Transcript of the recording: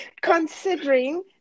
considering